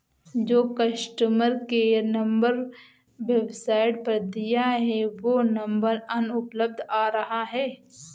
जो customer care number website पर दिया है वो नंबर अनुपलब्ध आ रहा है